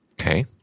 Okay